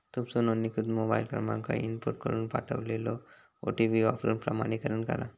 तुमचो नोंदणीकृत मोबाईल क्रमांक इनपुट करून पाठवलेलो ओ.टी.पी वापरून प्रमाणीकरण करा